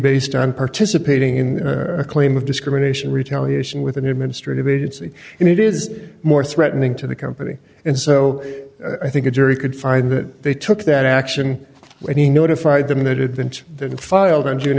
based on participating in a claim of discrimination retaliation with an administrative agency and it is more threatening to the company and so i think a jury could find that they took that action when he notified them that it didn't then filed on june